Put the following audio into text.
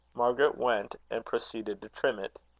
margaret went, and proceeded to trim it.